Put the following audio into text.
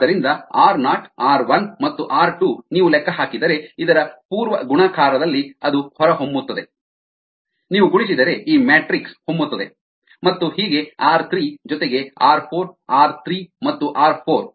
ಆದ್ದರಿಂದ R not R 1 ಮತ್ತು R 2 ನೀವು ಲೆಕ್ಕ ಹಾಕಿದರೆ ಇದರ ಪೂರ್ವ ಗುಣಾಕಾರದಲ್ಲಿ ಅದು ಹೊರಹೊಮ್ಮುತ್ತದೆ ನೀವು ಗುಣಿಸಿದರೆ ಈ ಮ್ಯಾಟ್ರಿಕ್ಸ್ ಹೊಮ್ಮುತ್ತದೆ ಮತ್ತು ಹೀಗೆ ಆರ್ 3 ಜೊತೆಗೆ ಆರ್ 4 ಆರ್ 3 ಮತ್ತು ಆರ್ 4